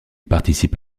participe